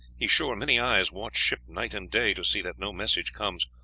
he sure many eyes watch ship night and day to see that no message comes,